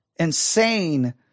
insane